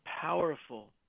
powerful